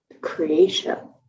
creation